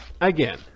Again